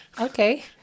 okay